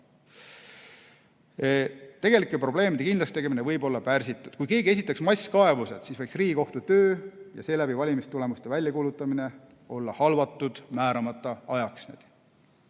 Tegelike probleemide kindlakstegemine võib olla pärsitud. Kui keegi esitaks masskaebused, siis võiks Riigikohtu töö ja seeläbi valimistulemuste väljakuulutamine olla halvatud määramata ajaks.